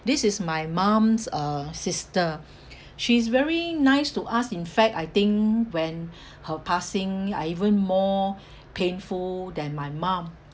this is my mum's uh sister she's very nice to us in fact I think when her passing I even more painful than my mum